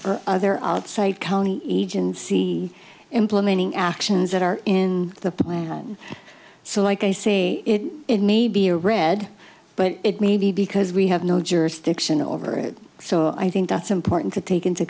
state or other outside county agency implementing actions that are in the plan so like i say it may be a red but it may be because we have no jurisdiction over it so i think that's important to take into